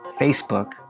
Facebook